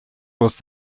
was